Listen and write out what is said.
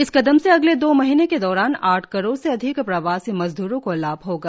इस कदम से अगले दो महीने के दौरान आठ करोड़ से अधिक प्रवासी मजदूरों को लाभ होगा